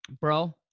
Bro